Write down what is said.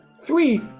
three